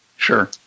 Sure